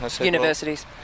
Universities